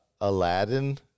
Aladdin